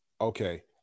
okay